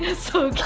and so cute.